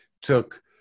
took